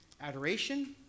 adoration